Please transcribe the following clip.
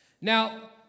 Now